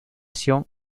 tribus